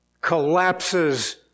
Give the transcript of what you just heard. collapses